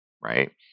right